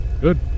Good